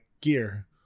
gear